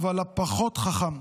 אבל הפחות חכם.